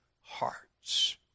hearts